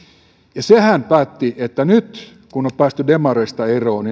ja sehän päätti että nyt kun on päästy demareista eroon